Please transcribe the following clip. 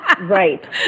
right